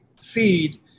feed